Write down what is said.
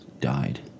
died